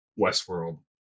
Westworld